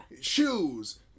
shoes